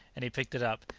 and he picked it up.